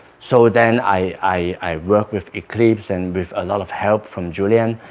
so then i i worked with eclipse and with a lot of help from julien